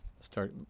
start